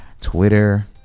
Twitter